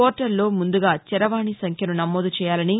పోర్లల్లో ముందుగా చరవాణి సంఖ్యను నమోదు చేయాలని